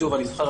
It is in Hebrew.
אני זוכר,